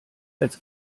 als